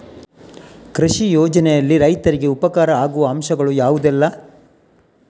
ಕೃಷಿ ಯೋಜನೆಯಲ್ಲಿ ರೈತರಿಗೆ ಉಪಕಾರ ಆಗುವ ಅಂಶಗಳು ಯಾವುದೆಲ್ಲ?